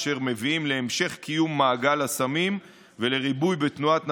אשר מביאים להמשך קיום מעגל הסמים ולריבוי בתנועת נרקומנים,